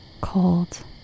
cold